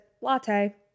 latte